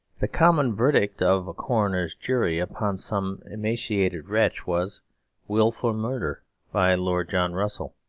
the common verdict of a coroner's jury upon some emaciated wretch was wilful murder by lord john russell